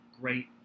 great